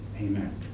amen